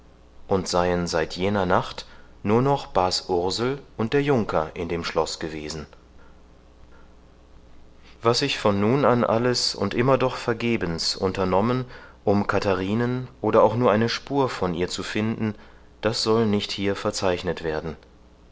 und seien seit jener nacht nur noch bas ursel und der junker in dem schloß gewesen was ich von nun an alles und immer doch vergebens unternommen um katharinen oder auch nur eine spur von ihr zu finden das soll nicht hier verzeichnet werden